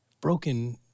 broken